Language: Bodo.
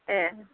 ए